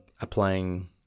applying